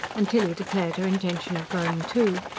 and tilly declared her intention of going, too.